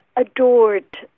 adored